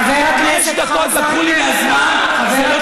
חמש דקות לקחו לי מהזמן, וזה לא תקין.